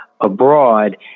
abroad